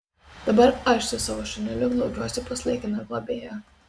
dabar aš su savo šuneliu glaudžiuosi pas laikiną globėją